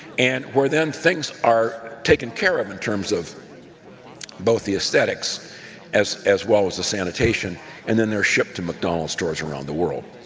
and where then things are taken care of in terms of both the aesthetics as as well as the sanitation and then they're shipped to mcdonald's stores around the world.